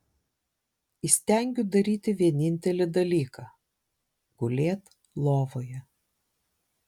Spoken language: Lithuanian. įstengiu daryti vienintelį dalyką gulėt lovoje